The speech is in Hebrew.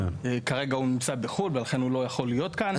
כרגע הוא נמצא בחו"ל ולכן הוא לא יכול להיות כאן.